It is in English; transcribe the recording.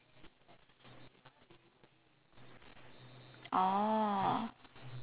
oh